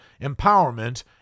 empowerment